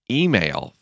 email